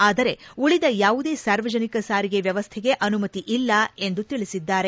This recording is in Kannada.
ಆದರೆ ಉಳಿದ ಯಾವುದೇ ಸಾರ್ವಜನಿಕ ಸಾರಿಗೆ ವ್ಲವಸ್ಟೆಗೆ ಅನುಮತಿ ಇಲ್ಲ ಎಂದು ತಿಳಿಸಿದ್ದಾರೆ